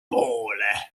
poole